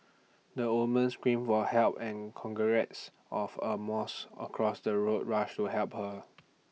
the woman screamed for help and congrats of A moss across the road rushed to help her